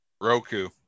roku